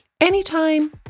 anytime